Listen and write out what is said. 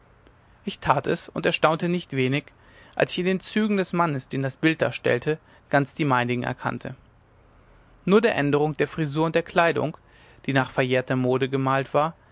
ich tat es und erstaunte nicht wenig als ich in den zügen des mannes den das bild darstellte ganz die meinigen erkannte nur der änderung der frisur und der kleidung die nach verjährter mode gemalt war